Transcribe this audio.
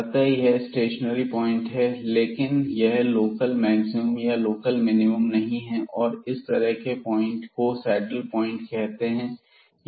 अतः यह एक स्टेशनरी प्वाइंट है लेकिन यह लोकल मैक्सिमम या लोकल मिनिमम नहीं है और इस तरह के पॉइंट को सैडल प्वाइंट कहते हैं